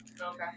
Okay